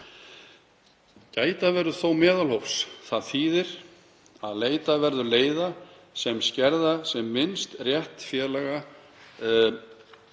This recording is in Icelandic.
Gæta verður þó meðalhófs. Það þýðir að leita verður leiða sem skerða sem minnst rétt félaga til